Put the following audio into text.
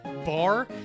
bar